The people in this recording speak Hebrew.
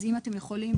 אז אם אתם יכולים,